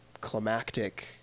climactic